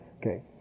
okay